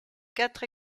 quatre